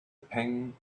pang